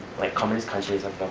like communist countries